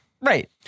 Right